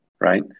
right